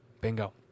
Bingo